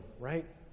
right